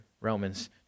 Romans